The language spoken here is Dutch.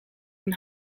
een